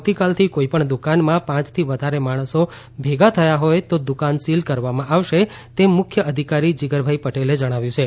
આવતીકાલથી કોઇ પણ દુકાનમાં પાંચથી વધારે માણસો ભેગા થયા હોય તો દુકાન સીલ કરવામાં આવશે તેમ મુખ્ય અધિકારી જીગરભાઇ પટેલે જણાવ્યું છે